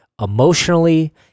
emotionally